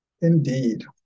Indeed